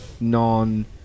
non